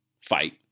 fight